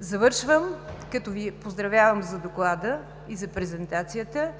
Завършвам като Ви поздравявам за доклада и за презентацията.